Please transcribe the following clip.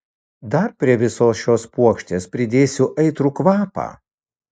dar prie visos šios puokštės pridėsiu aitrų kvapą